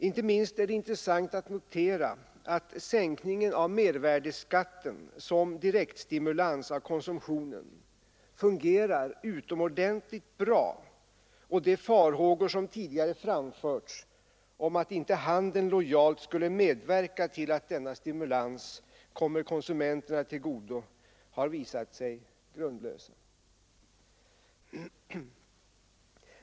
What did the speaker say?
Inte minst är det intressant att notera att sänkningen av mervärdeskatten som direkt stimulans av konsumtionen fungerar utomordentligt bra, och de farhågor som tidigare framförts om att inte handeln lojalt skulle medverka till att denna stimulans kommer konsumenterna till godo har visat sig grundlösa.